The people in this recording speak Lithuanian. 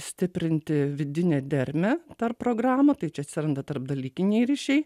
stiprinti vidinę dermę tarp programų tai čia atsiranda tarpdalykiniai ryšiai